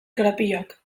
korapiloak